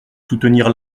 soutenir